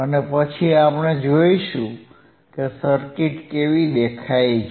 અને પછી આપણે જોશું કે સર્કિટ કેવી દેખાય છે